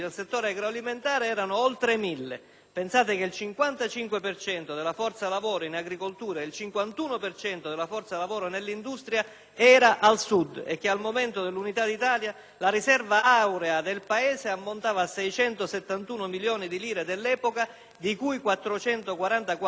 Pensate che il 55 per cento della forza lavoro in agricoltura ed il 51 per cento della forza lavoro nell'industria era al Sud e che al momento dell'Unità d'Italia la riserva aurea del Paese ammontava a 671 milioni di lire dell'epoca, di cui 444, pari a due terzi, al Sud.